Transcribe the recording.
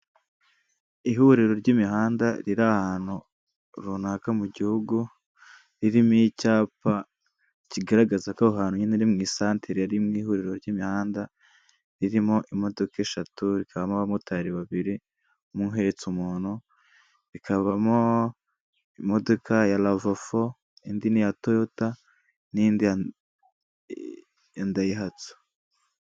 Ihuriro ry'imihanda riri ahantu runaka mu gihugu, ririmo icyapa kigaragaza ko aho hantu iri mu isantere ari mu ihuriro ry'imihanda, ririmo imodoka eshatu rikabamo abamotari babiri umwe uhetse umuntu, rikabamo imodoka ya rava fo, indi ni iya toyota n'indi ya dayihatse.